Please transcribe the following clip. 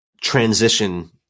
transition